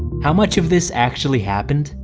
how much of this actually happened?